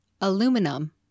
Aluminum